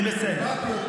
כיבדתי אותו ולא, אני בסדר.